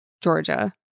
Georgia